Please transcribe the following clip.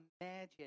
imagine